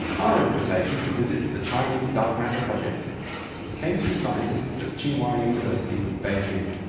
our invitation to visit the chinese dark matter project came through scientists at tsinghua university in beijing,